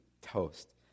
toast